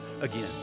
again